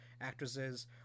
actresses